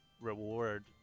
reward